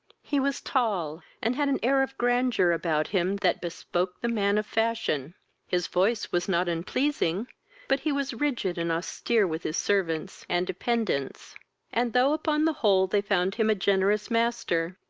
he was tall, and had an air of grandeur about him that bespoke the man of fashion his voice was not unpleasing but he was rigid and austere with his servants and dependants and, though upon the whole they found him a generous master,